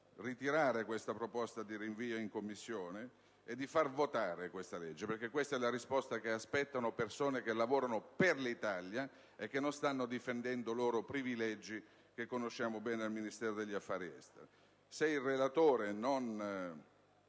ritirare la proposta di rinvio in Commissione e di far votare questo disegno di legge. Questa è la risposta che aspettano persone che lavorano per l'Italia e che non stanno difendendo loro privilegi, come quelli che ben conosciamo al Ministero degli affari esteri.